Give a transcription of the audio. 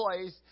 place